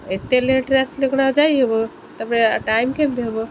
ଏତେ ଲେଟ୍ରେ ଆସିଲେ କ'ଣ ଆଉ ଯାଇହେବ ତା'ପରେ ଟାଇମ୍ କେମିତି ହେବ